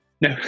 No